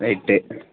right